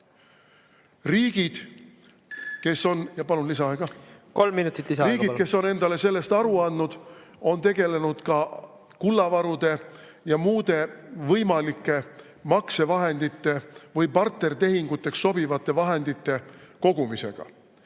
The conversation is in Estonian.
Riigid, kes on endale sellest aru andnud, on tegelenud ka kullavarude ja muude võimalike maksevahendite või bartertehinguteks sobivate vahendite kogumisega.